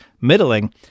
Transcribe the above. middling